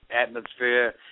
atmosphere